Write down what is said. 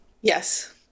yes